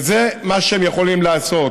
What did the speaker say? וזה מה שהם יכולים לעשות.